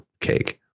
cake